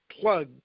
plug